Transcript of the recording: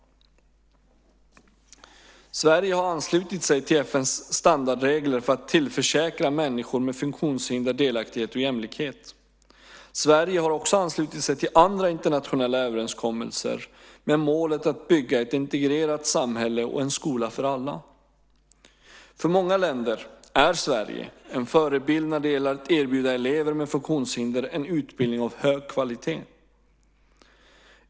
Sverige har anslutit sig till FN:s standardregler för att tillförsäkra människor med funktionshinder delaktighet och jämlikhet. Sverige har också anslutit sig till andra internationella överenskommelser med målet att bygga ett integrerat samhälle och en skola för alla. För många länder är Sverige en förebild när det gäller att erbjuda elever med funktionshinder en utbildning av hög kvalitet.